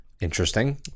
Interesting